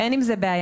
אין עם זה בעיה.